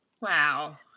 Wow